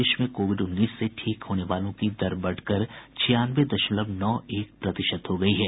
देश में कोविड उन्नीस से ठीक होने वालों की दर बढ़कर छियानवे दशमलव नौ एक प्रतिशत हो गई है